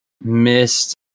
missed